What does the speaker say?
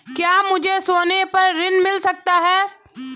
क्या मुझे सोने पर ऋण मिल सकता है?